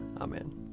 Amen